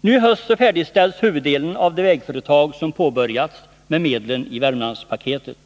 Nu i höst färdigställs huvuddelen av de vägföretag som påbörjats med medlen i Värmlandspaketet.